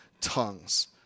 tongues